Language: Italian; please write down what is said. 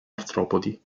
artropodi